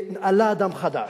ועלה אדם חדש,